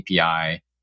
API